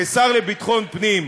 כשר לביטחון פנים,